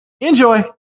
Enjoy